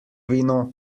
vino